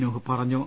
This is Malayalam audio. നൂഹ് പറഞ്ഞു